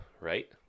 right